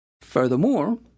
Furthermore